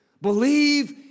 believe